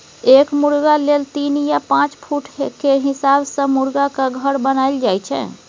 एक मुरगा लेल तीन या पाँच फुट केर हिसाब सँ मुरगाक घर बनाएल जाइ छै